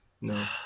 No